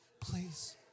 please